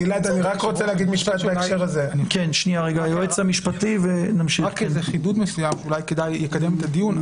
רק חידוד מסוים, אולי כדאי לקדם את הדיון.